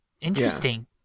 interesting